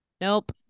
Nope